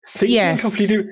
Yes